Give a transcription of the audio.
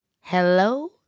Hello